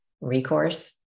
recourse